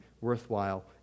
worthwhile